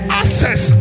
access